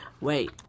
Wait